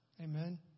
Amen